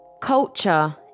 Culture